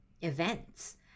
events